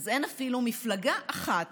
אין אפילו מפלגה אחת